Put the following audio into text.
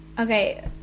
okay